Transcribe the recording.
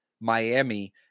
Miami